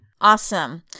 Awesome